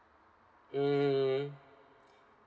mm